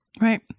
Right